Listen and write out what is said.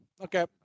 Okay